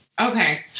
Okay